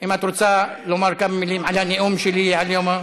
אם את רוצה לומר כמה מילים על הנאום שלי על יום,